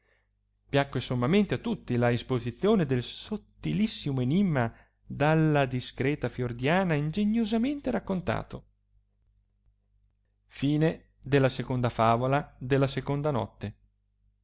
piacque sommamente a tutti la isposizione del sottilissimo enimma dalla discreta fiordiana ingeniosamente raccontato e perchè oggimai s appressava la mezza notte